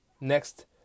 Next